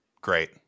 Great